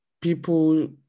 people